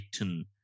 written